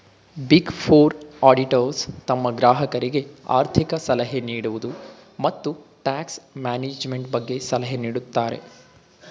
big four auditors ತಮ್ಮ ಗ್ರಾಹಕರಿಗೆ ಆರ್ಥಿಕ ಸಲಹೆ ನೀಡುವುದು, ಮತ್ತು ಟ್ಯಾಕ್ಸ್ ಮ್ಯಾನೇಜ್ಮೆಂಟ್ ಬಗ್ಗೆ ಸಲಹೆ ನೀಡುತ್ತಾರೆ